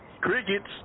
Crickets